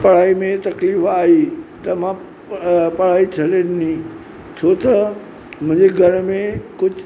पढ़ाई में तकलीफ़ आई त अ मां पढ़ाई छ्ॾे ॾिनी छो त मुंहिंजे घर में कुझु